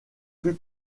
plus